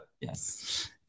Yes